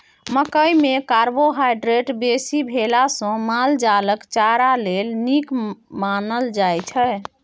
मकइ मे कार्बोहाइड्रेट बेसी भेला सँ माल जालक चारा लेल नीक मानल जाइ छै